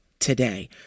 Today